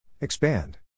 Expand